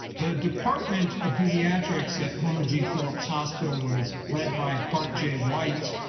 the department of pediatrics at homer g. phillips hospital was led by park j. white,